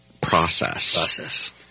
process